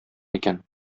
икән